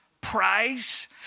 Prize